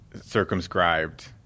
circumscribed